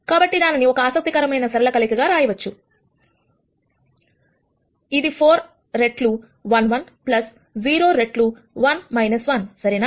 కాబట్టి దానిని ఒక ఆసక్తి కరమైన సరళ కలయిక గా రాయవచ్చుఇది 4 రెట్లు 1 1 0 రెట్లు 1 1 సరేనా